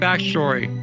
Backstory